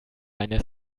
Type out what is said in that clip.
eine